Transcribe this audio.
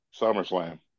SummerSlam